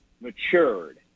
matured